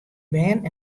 bern